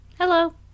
Hello